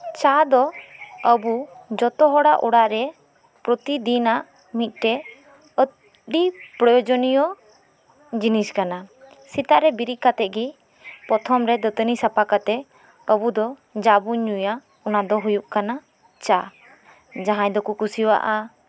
ᱪᱟ ᱫᱚ ᱟᱵᱚ ᱡᱚᱛᱚ ᱦᱚᱲᱟᱜ ᱨᱮ ᱯᱨᱚᱛᱤᱫᱤᱱᱟᱜ ᱢᱤᱜᱴᱮᱡ ᱟᱰᱤ ᱯᱨᱚᱭᱳᱡᱚᱱᱤᱭᱚ ᱡᱤᱱᱤᱥ ᱠᱟᱱᱟ ᱥᱮᱛᱟᱜ ᱨᱮ ᱵᱤᱨᱤᱫ ᱠᱟᱛᱮᱜ ᱜᱮ ᱯᱨᱚᱛᱷᱚᱢ ᱨᱮ ᱫᱟᱹᱛᱟᱹᱱᱤ ᱥᱟᱯᱷᱟ ᱠᱟᱛᱮᱜ ᱟᱵᱚ ᱫᱚ ᱡᱟᱵᱚᱱ ᱧᱩᱭᱟ ᱚᱱᱟ ᱫᱚ ᱦᱩᱭᱩᱜ ᱠᱟᱱᱟ ᱪᱟ ᱡᱟᱦᱟᱸᱭ ᱫᱚᱠᱚ ᱠᱩᱥᱤᱣᱟᱜᱼᱟ